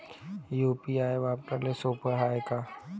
UPI वापराले सोप हाय का?